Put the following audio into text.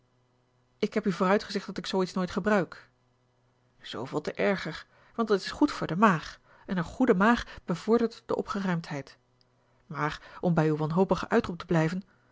ik heb u vooruit gezegd dat ik zoo iets nooit gebruik zooveel te erger want dat is goed voor de maag en eene goede maag bevordert de opgeruimdheid maar om bij uw wanhopigen uitroep te blijven